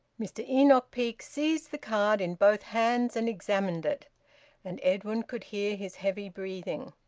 mr enoch peake seized the card in both hands, and examined it and edwin could hear his heavy breathing.